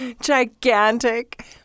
gigantic